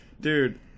Dude